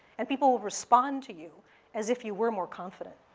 and people respond to you as if you were more confident.